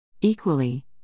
Equally